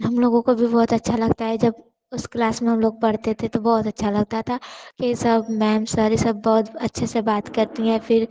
हम लोगों को भी बहुत अच्छा लगता है जब उस क्लास में हम लोग पढ़ते थे तो बहुत अच्छा लगता था कि सब मैम सर ये सब बहुत अच्छे से बात करती हैं फिर